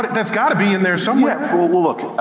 that's gotta be in there somewhere. well, look